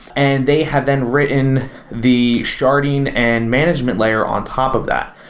and they have then written the sharding and management layer on top of that.